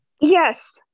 Yes